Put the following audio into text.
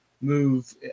move